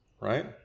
Right